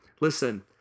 Listen